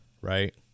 right